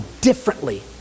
differently